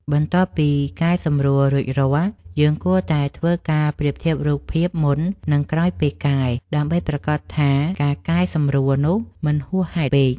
បន្ទាប់ពីកែសម្រួលរួចរាល់ យើងគួរតែធ្វើការប្រៀបធៀបរូបភាពមុន និងក្រោយពេលកែ ដើម្បីប្រាកដថាការកែសម្រួលនោះមិនហួសហេតុពេក។